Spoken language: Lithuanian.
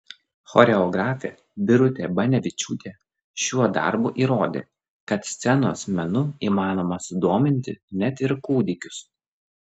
choreografė birutė banevičiūtė šiuo darbu įrodė kad scenos menu įmanoma sudominti net ir kūdikius